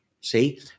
See